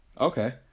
Okay